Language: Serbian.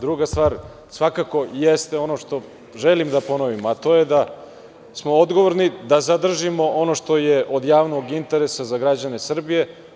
Druga stvar, ono što želim da ponovim to je da smo odgovorni da zadržimo ono što je od javnog interesa za građane Srbije.